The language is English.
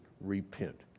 repent